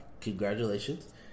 Congratulations